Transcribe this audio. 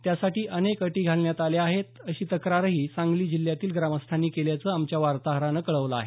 त्यासाठी अनेक अटी घालण्यात आल्या आहेत अशी तक्रारही सांगली जिल्ह्यातील ग्रामस्थांनी केल्याचं आमच्या वार्ताहरानं कळवलं आहे